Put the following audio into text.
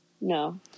No